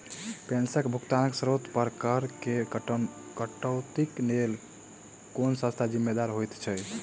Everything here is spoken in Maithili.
पेंशनक भुगतानक स्त्रोत पर करऽ केँ कटौतीक लेल केँ संस्था जिम्मेदार होइत छैक?